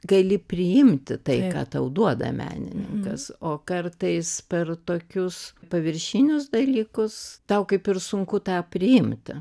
gali priimti tai ką tau duoda menininkas o kartais per tokius paviršinius dalykus tau kaip ir sunku tą priimti